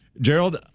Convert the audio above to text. Gerald